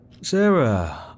Sarah